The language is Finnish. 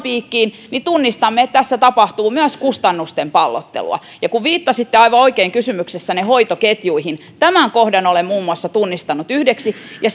piikkiin niin tunnistamme että tässä tapahtuu myös kustannusten pallottelua ja kun viittasitte kysymyksessänne aivan oikein hoitoketjuihin tämän kohdan olen muun muassa tunnistanut yhdeksi ja